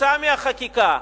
כתוצאה מהחקיקה,